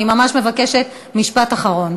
אני ממש מבקשת, משפט אחרון.